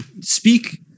speak